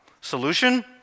Solution